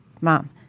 Mom